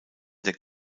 der